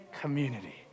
community